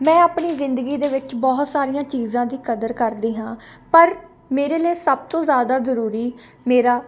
ਮੈਂ ਆਪਣੀ ਜ਼ਿੰਦਗੀ ਦੇ ਵਿੱਚ ਬਹੁਤ ਸਾਰੀਆਂ ਚੀਜ਼ਾਂ ਦੀ ਕਦਰ ਕਰਦੀ ਹਾਂ ਪਰ ਮੇਰੇ ਲਈ ਸਭ ਤੋਂ ਜ਼ਿਆਦਾ ਜ਼ਰੂਰੀ ਮੇਰਾ